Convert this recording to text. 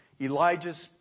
Elijah's